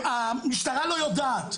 המשטרה לא יודעת.